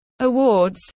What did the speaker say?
Awards